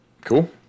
cool